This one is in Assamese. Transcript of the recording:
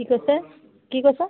কি কৈছে কি কৈছ